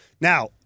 Now